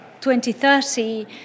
2030